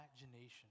imagination